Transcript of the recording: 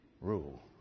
Rule